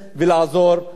נושא של הסברה,